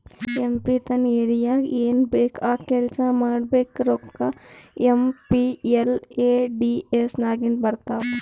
M P ತನ್ ಏರಿಯಾಗ್ ಏನ್ ಬೇಕ್ ಆ ಕೆಲ್ಸಾ ಮಾಡ್ಲಾಕ ರೋಕ್ಕಾ ಏಮ್.ಪಿ.ಎಲ್.ಎ.ಡಿ.ಎಸ್ ನಾಗಿಂದೆ ಬರ್ತಾವ್